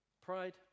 Pride